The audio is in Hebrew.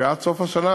ועד סוף השנה,